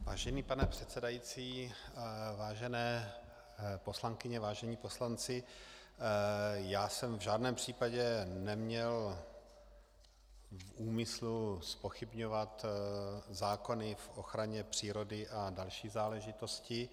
Vážený pane předsedající, vážené poslankyně, vážení poslanci, v žádném případě jsem neměl v úmyslu zpochybňovat zákony v ochraně přírody a další záležitosti.